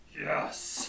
Yes